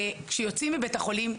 כשיוצאים מבית החולים,